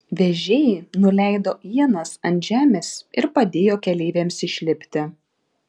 vežėjai nuleido ienas ant žemės ir padėjo keleiviams išlipti